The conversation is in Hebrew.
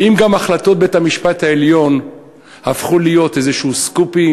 האם גם החלטות בית-המשפט העליון הפכו להיות איזשהם סקופים,